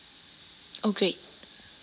oh great